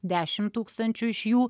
dešimt tūkstančių iš jų